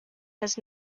has